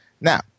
Now